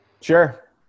Sure